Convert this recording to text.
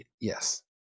yes